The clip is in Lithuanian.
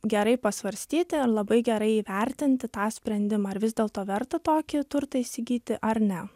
gerai pasvarstyti labai gerai įvertinti tą sprendimą ar vis dėlto verta tokį turtą įsigyti ar ne